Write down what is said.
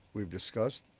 we've discussed.